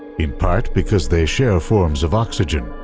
in part because they share forms of oxygen,